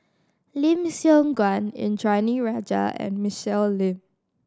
Lim Siong Guan Indranee Rajah and Michelle Lim